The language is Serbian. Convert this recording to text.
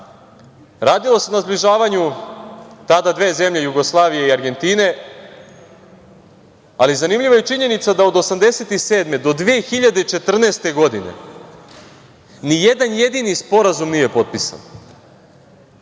se na zbližavanju tada dve zemlje Jugoslavije i Argentine, ali je zanimljiva činjenica da od 1987. godine do 2014. godine, nijedan jedini sporazum nije potpisan.